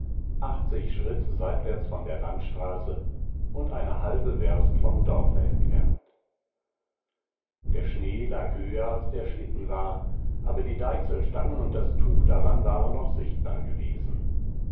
achtzig schritt seitwärts von der landstraße und eine halbe werst vom dorfe entfernt der schnee lag höher als der schlitten war aber die deichselstangen und das tuch daran waren noch sichtbar gewesen